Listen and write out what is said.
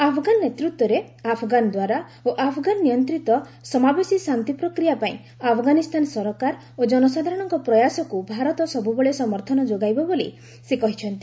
Afghan ନେତୃତ୍ୱରେ Afghan ଦ୍ୱାରା ଏବଂ ଆପଗାନ ନିୟନ୍ତ୍ରିତ ସମାବେଶୀ ଶାନ୍ତି ପ୍ରକ୍ରିୟା ପାଇଁ ଆଫଗାନିସ୍ଥାନ ସରକାର ଓ ଜନସାଧାରଣଙ୍କ ପ୍ରୟାସକୁ ଭାରତ ସବୁବେଳେ ସମର୍ଥନ ଯୋଗାଇବ ବୋଲି ସେ କହିଛନ୍ତି